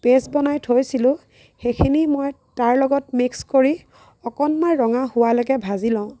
paste বনাই থৈছিলোঁ সেইখিনি মই তাৰ লগত মিক্স কৰি অকণমান ৰঙা হোৱালৈকে ভাজি লওঁ